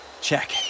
check